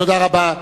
תודה רבה.